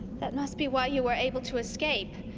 that must be why you were able to escape.